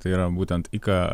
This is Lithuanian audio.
tai yra būtent ika